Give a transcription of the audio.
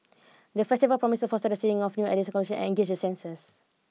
the festival promises to foster the seeding of new ideas and engage the senses